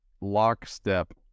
lockstep